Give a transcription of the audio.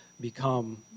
become